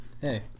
Hey